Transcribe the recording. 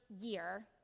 year